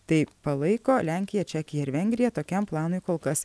tai palaiko lenkija čekija ir vengrija tokiam planui kol kas